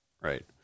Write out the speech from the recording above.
Right